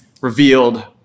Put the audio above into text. revealed